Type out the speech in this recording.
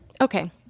Okay